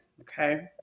okay